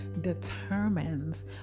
determines